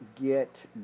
get